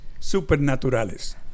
supernaturales